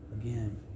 again